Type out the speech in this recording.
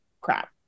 crap